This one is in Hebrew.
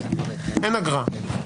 אין אגרה.